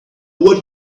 what